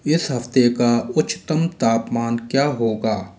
इस हफ़्ते का उच्चतम तापमान क्या होगा